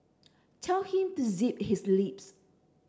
tell him to zip his lips